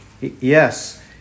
Yes